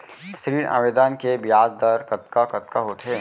ऋण आवेदन के ब्याज दर कतका कतका होथे?